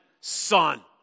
Son